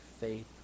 faith